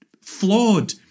flawed